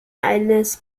eines